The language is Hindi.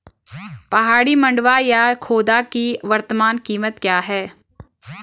पहाड़ी मंडुवा या खोदा की वर्तमान कीमत क्या है?